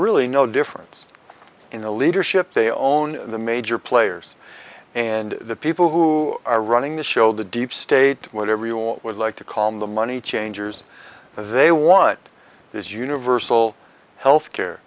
really no difference in the leadership they own the major players and the people who are running the show the deep state whatever you would like to call them the money changers they want this universal health care